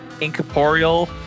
incorporeal